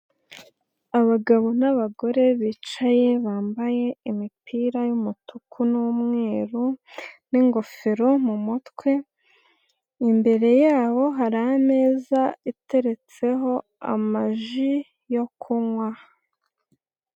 Abagabo n'abagore bicaye bambaye imipira y'umutuku n'umweru n'ingofero mu mutwe, imbere yabo hari ameza iteretseho amaji yo kunywa.